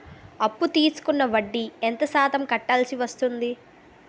అప్పు తీసుకున్నాక వడ్డీ ఎంత శాతం కట్టవల్సి వస్తుంది?